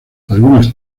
algunas